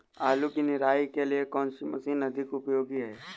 आलू की निराई के लिए कौन सी मशीन अधिक उपयोगी है?